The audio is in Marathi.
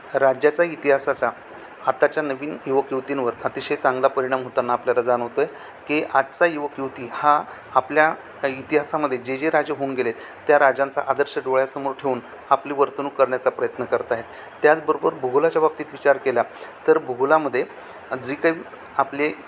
राज्याचा इतिहासाचा आताच्या नवीन युवक युवतींवर अतिशय चांगला परिणाम होताना आपल्याला जाणवतो आहे की आजचा युवक युवती हा आपल्या इतिहासामध्ये जे जे राजे होऊन गेले आहेत त्या राजांचा आदर्श डोळ्यासमोर ठेवून आपली वर्तणूक करण्याचा प्रयत्न करत आहे त्याचबरोबर भूगोलाच्या बाबतीत विचार केला तर भूगोलामध्ये जी काही आपले